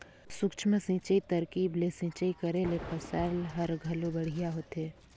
सूक्ष्म सिंचई तरकीब ले सिंचई करे ले फसल हर घलो बड़िहा होथे